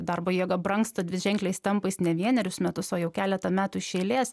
darbo jėga brangsta dviženkliais tempais ne vienerius metus o jau keletą metų iš eilės